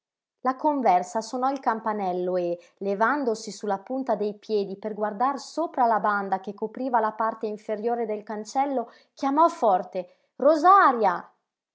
la conversa sonò il campanello e levandosi su la punta dei piedi per guardar sopra la banda che copriva la parte inferiore del cancello chiamò forte rosaria